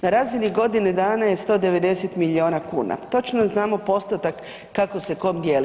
Na razini godine dana je 190 milijuna kuna, točno znamo postotak kako se kome dijeli.